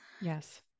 Yes